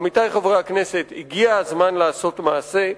עמיתי חברי הכנסת, הגיע הזמן לעשות מעשה,